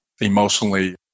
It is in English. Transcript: emotionally